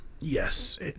Yes